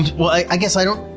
well, i guess i don't.